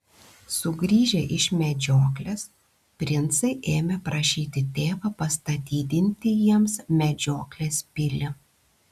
sugrįžę iš medžioklės princai ėmė prašyti tėvą pastatydinti jiems medžioklės pilį